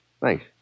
Thanks